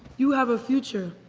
you have a future.